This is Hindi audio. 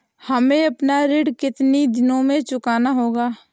हमें अपना ऋण कितनी दिनों में चुकाना होगा?